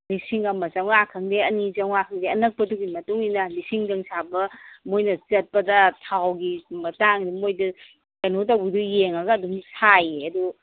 ꯂꯤꯁꯤꯡ ꯑꯃ ꯆꯥꯝꯃꯉꯥ ꯈꯪꯗꯦ ꯑꯅꯤ ꯈꯪꯗꯦ ꯑꯅꯤꯆꯥꯝꯃꯉꯥ ꯈꯪꯗꯦ ꯑꯅꯛꯄꯗꯨꯒ ꯃꯇꯨꯡ ꯏꯟꯅ ꯂꯤꯁꯤꯡꯗꯪ ꯁꯥꯕ ꯃꯣꯏꯅ ꯆꯠꯄꯗ ꯊꯥꯎꯒꯤ ꯃꯇꯥꯡꯗ ꯃꯣꯏꯗ ꯀꯩꯅꯣ ꯇꯧꯕꯗꯣ ꯌꯦꯡꯉꯒ ꯑꯗꯨꯝ ꯁꯥꯏꯌꯦ ꯑꯗꯨ